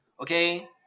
Okay